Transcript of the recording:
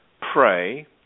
pray